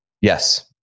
Yes